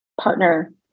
partner